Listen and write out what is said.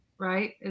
right